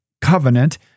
covenant